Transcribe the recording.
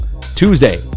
tuesday